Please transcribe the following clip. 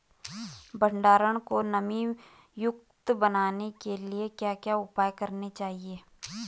भंडारण को नमी युक्त बनाने के लिए क्या क्या उपाय करने चाहिए?